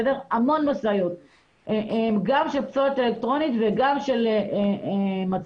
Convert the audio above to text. גם של פסולת אלקטרונית וגם של מצברים.